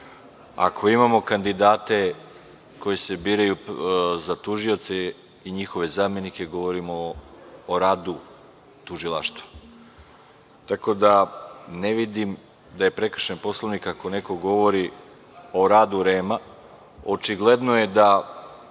ako imamo kandidate koji se biraju za tužioce i njihove zamenike, govorimo o radu tužilaštva. Tako da ne vidim da je prekršen Poslovnik ako neko govori o radu REM-a. Očigledno je da